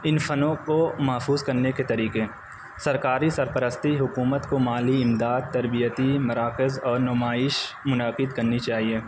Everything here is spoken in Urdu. ان فنوں کو محفوظ کرنے کے طریقے سرکاری سرپرستی حکومت کو مالی امداد تربیتی مراکز اور نمائش منعقد کرنی چاہیے